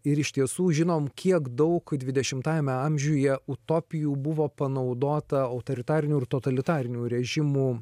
ir iš tiesų žinom kiek daug dvidešimtajame amžiuje utopijų buvo panaudota autoritarinių ir totalitarinių režimų